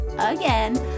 again